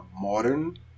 modern